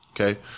Okay